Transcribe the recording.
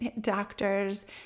doctors